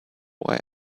why